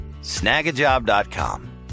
Snagajob.com